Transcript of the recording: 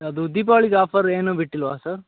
ಅದು ದೀಪಾವಳಿಗೆ ಆಫರ್ ಏನೂ ಬಿಟ್ಟಿಲ್ಲವಾ ಸರ್